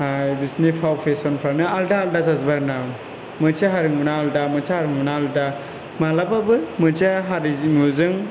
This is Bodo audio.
बिसिनि फाव फेसनफ्रानो आलदा आलदा जाजोबो आरो ना मोनसे हारिमुना आलदा मोनसे हारिमुना आलदा मालाबाबो मोनसे हारिमुजों